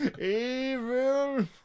Evil